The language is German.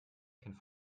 kennt